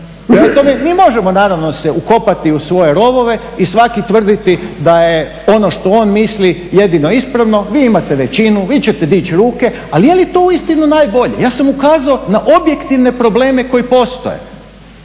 Mi možemo naravno se ukopati u svoje rovove i svaki tvrditi da je ono što on misli jedno ispravno, vi imate većinu, vi ćete dići ruke, ali je li tu uistinu najbolje? Ja sam ukazao na objektivne probleme koji postoje.